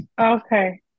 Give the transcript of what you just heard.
okay